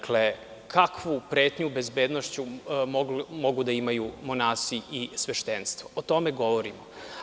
Kakvu pretnju bezbednošću mogu da imaju monasi i sveštenstvo, o tome govorimo.